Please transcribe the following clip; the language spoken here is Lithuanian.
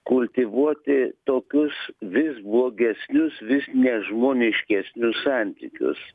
kultivuoti tokius vis blogesnius vis nežmoniškesnius santykius